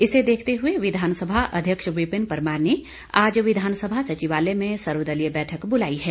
इसे देखते हुए विधानसभा अध्यक्ष विपिन परमार ने आज शिमला में सर्वदलीय बैठक बुलाई है